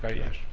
yeah yes.